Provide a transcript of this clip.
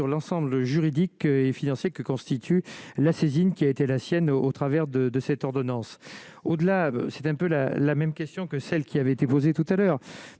sur l'ensemble juridique et financier que constitue la saisine, qui a été la sienne au travers de de cette ordonnance au-delà, c'est un peu la la même question que celle qui avait été posée tout à l'heure,